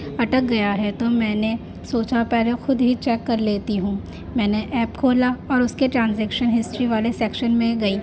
اٹک گیا ہے تو میں نے سوچا پہلے خود ہی چیک کر لیتی ہوں میں نے ایپ کھولا اور اس کے ٹرانزیکشن ہسٹری والے سیکشن میں گئی